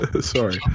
Sorry